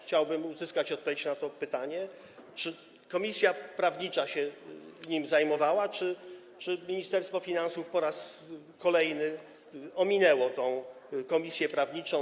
Chciałbym tu uzyskać odpowiedź na pytanie, czy komisja prawnicza się nim zajmowała, czy Ministerstwo Finansów po raz kolejny ominęło tę komisję prawniczą.